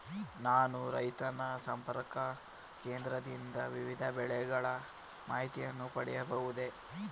ನಾನು ರೈತ ಸಂಪರ್ಕ ಕೇಂದ್ರದಿಂದ ವಿವಿಧ ಬೆಳೆಗಳ ಮಾಹಿತಿಯನ್ನು ಪಡೆಯಬಹುದೇ?